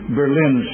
Berlin